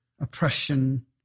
oppression